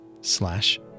slash